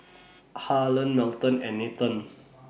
Harlan Melton and Nathen